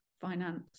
finance